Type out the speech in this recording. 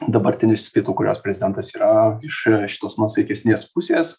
dabartinis pietų korėjos prezidentas yra iš šitos nuosaikesnės pusės